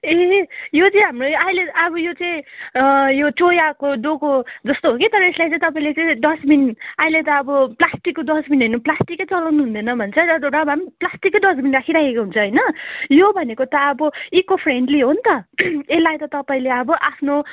ए यो चाहिँ हाम्रो यो अहिले अब यो चाहिँ यो चोयाको डोको जस्तो हो कि तर यसलाई चाहिँ तपाईँले चाहिँ डस्टबिन अहिले त अब प्लास्टिकको डस्टबिन हेर्नु प्लास्टिकै चलाउनु हुँदैन भन्छ र भए पनि प्लास्टिककै डस्टबिन राखिराखेको हुन्छ होइन यो भनेको त अब इको फ्रेन्डली हो नि त यसलाई त तपाईँले अब आफ्नो